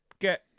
get